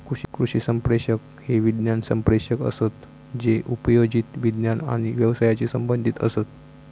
कृषी संप्रेषक हे विज्ञान संप्रेषक असत जे उपयोजित विज्ञान आणि व्यवसायाशी संबंधीत असत